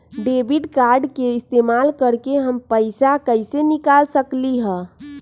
Debit card के इस्तेमाल करके हम पैईसा कईसे निकाल सकलि ह?